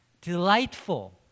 delightful